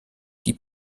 die